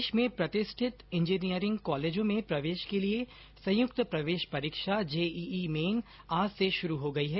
देश में प्रतिष्ठित इंजीनियरिंग कॉलेजों में प्रवेश के लिए संयुक्त प्रवेश परीक्षा जेईई मेन आज से शुरू हो गई है